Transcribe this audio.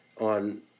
on